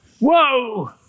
Whoa